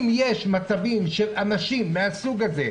אם יש מצבים של אנשים מהסוג הזה,